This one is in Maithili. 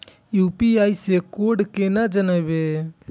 यू.पी.आई से कोड केना जानवै?